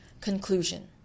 Conclusion